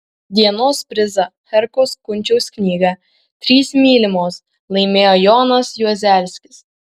dienos prizą herkaus kunčiaus knygą trys mylimos laimėjo jonas juozelskis